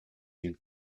d’une